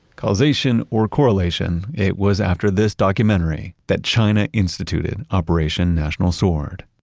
causation or correlation, it was after this documentary that china instituted operation national sword.